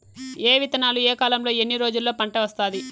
ఏ విత్తనాలు ఏ కాలంలో ఎన్ని రోజుల్లో పంట వస్తాది?